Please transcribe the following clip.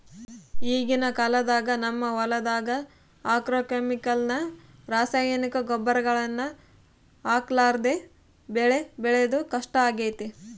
ಈಗಿನ ಕಾಲದಾಗ ನಮ್ಮ ಹೊಲದಗ ಆಗ್ರೋಕೆಮಿಕಲ್ಸ್ ನ ರಾಸಾಯನಿಕ ಗೊಬ್ಬರಗಳನ್ನ ಹಾಕರ್ಲಾದೆ ಬೆಳೆ ಬೆಳೆದು ಕಷ್ಟಾಗೆತೆ